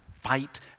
fight